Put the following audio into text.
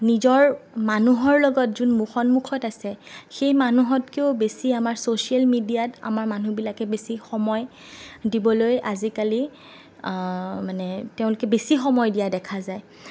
নিজৰ মানুহৰ লগত যোন সন্মুখত আছে সেই মানুহতকেও বেছি আমাৰ চ'ছিয়েল মেডিয়াত আমাৰ মানুহবিলাকে বেছি সময় দিবলৈ আজিকালি মানে তেওঁলোকে বেছি সময় দিয়া দেখা যায়